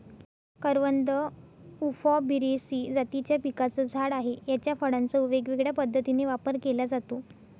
करवंद उफॉर्बियेसी जातीच्या पिकाचं झाड आहे, याच्या फळांचा वेगवेगळ्या पद्धतीने वापर केला जातो